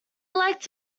liked